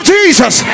Jesus